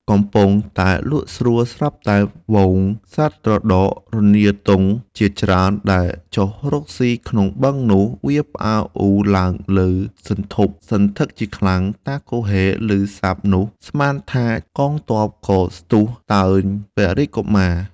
កំពុងតែលក់ស្រួល ស្រាប់តែហ្វូងសត្វត្រដក់ រនៀលទង់ ជាច្រើនដែលចុះរកស៊ីក្នុងបឹងនោះ វាផ្អើលអ៊ូរឡើងឭសន្ធឹកជាខ្លាំង តាគហ៊េឮសព្ទនោះ ស្មានថាកងទ័ព ក៏ស្ទុះតើនព្រះរាជកុមារ។